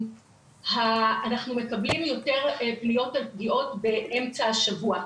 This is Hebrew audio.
אנחנו מקבלים יותר פניות על פגיעות באמצע השבוע,